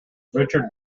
richard